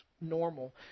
normal